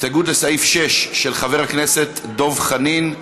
הסתייגות לסעיף 6, של חבר הכנסת דב חנין.